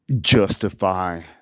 justify